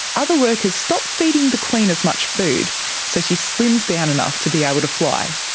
other workers stop feeding the queen as much food so she slims down enough to be able to fly.